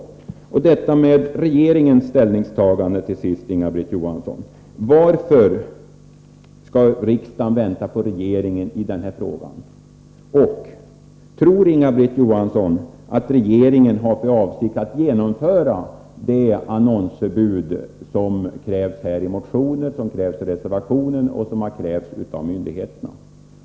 Till sist, Inga-Britt Johansson, beträffande regeringens ställningstagande: Varför skall riksdagen vänta på regeringen i den här frågan? Tror Inga-Britt Johansson att regeringen har för avsikt att genomföra det annonsförbud som krävs i motioner, i reservationen och av myndigheterna?